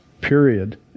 Period